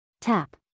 Tap